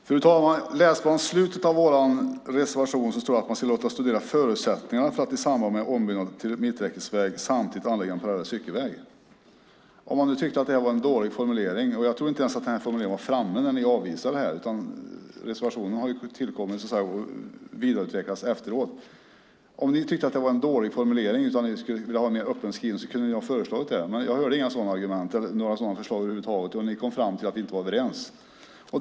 Fru talman! I slutet av vår reservation står det om att "låta studera förutsättningarna för att i samband med ombyggnad till mitträckesväg samtidigt anlägga en parallell cykelväg". Jag tror inte att formuleringen ens fanns när ni avvisade detta. Reservationen har nämligen tillkommit och vidareutvecklats efteråt. Om ni tyckte att det var en dålig formulering och om ni ville ha en mer öppen skrivning kunde ni ha lagt fram förslag om det. Men jag hörde inga sådana argument eller förslag över huvud taget. Ni kom fram till att vi inte var överens.